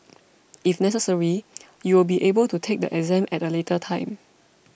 if necessary you will be able to take the exam at a later time